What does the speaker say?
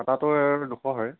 কটাতো দুশ হয়